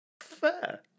fair